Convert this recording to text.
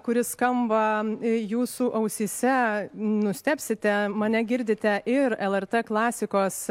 kuris skamba jūsų ausyse nustebsite mane girdite ir lrt klasikos